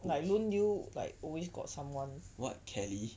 what kelly